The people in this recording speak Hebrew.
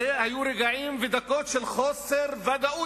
אלה היו רגעים ודקות של חוסר ודאות.